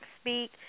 speak